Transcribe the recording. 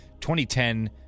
2010